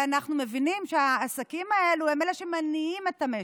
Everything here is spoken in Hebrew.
ואנחנו מבינים שהעסקים האלה הם אלה שמניעים את המשק.